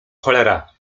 cholera